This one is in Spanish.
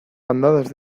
bandadas